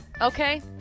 Okay